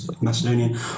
Macedonian